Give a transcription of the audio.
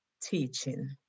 teaching